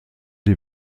die